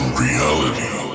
reality